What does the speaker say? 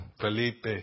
Felipe